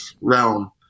realm